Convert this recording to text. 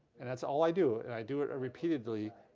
and that's all i do, and i do it repeatedly.